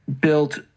built